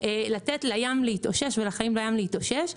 אנחנו צריכים לתת לים להתאושש ולחיים בים להתאושש.